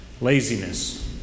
laziness